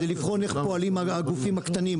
כדי לבחון איך פועלים הגופים הקטנים,